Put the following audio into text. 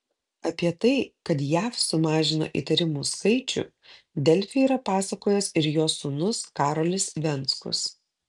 apie tai kad jav sumažino įtarimų skaičių delfi yra pasakojęs ir jos sūnus karolis venckus